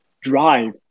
drive